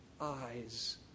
eyes